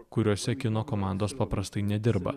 kuriose kino komandos paprastai nedirba